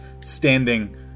standing